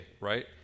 right